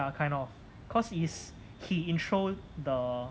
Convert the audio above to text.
ya kind of cause is he intro the